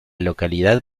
localidad